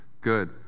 good